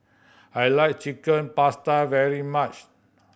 I like Chicken Pasta very much